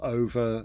over